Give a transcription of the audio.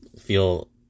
feel